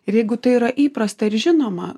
ir jeigu tai yra įprasta ir žinoma